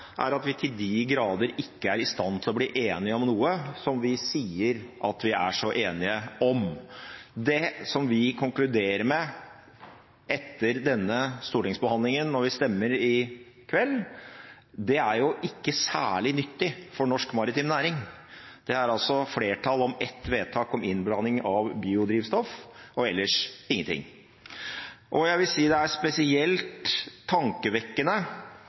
er at vi til de grader ikke er i stand til å bli enige om noe som vi sier at vi er enige om. Det som vi konkluderer med etter denne stortingsbehandlingen når vi stemmer i dag, er ikke særlig nyttig for norsk maritim næring. Det er flertall for ett vedtak om innblanding av biodrivstoff og ellers ingenting. Jeg vil si det er spesielt tankevekkende